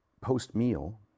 post-meal